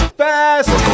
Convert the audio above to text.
fast